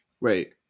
Wait